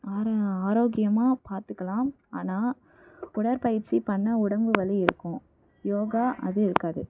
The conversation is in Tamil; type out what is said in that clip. ஆரோ ஆரோக்கியமாக பார்த்துக்கலாம் ஆனா உடற்பயிற்சி பண்ணால் உடம்பு வலி இருக்கும் யோகா அது இருக்காது